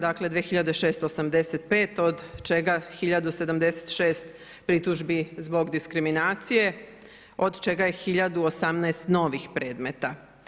Dakle, 2685 od čega 1076 pritužbi zbog diskriminacije, od čega je 1018 novih predmeta.